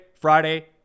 Friday